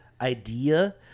idea